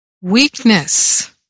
Weakness